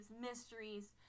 mysteries